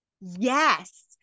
yes